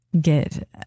get